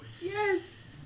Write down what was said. Yes